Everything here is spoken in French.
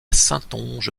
saintonge